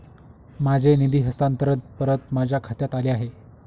माझे निधी हस्तांतरण परत माझ्या खात्यात आले आहे